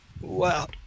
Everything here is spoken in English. Wow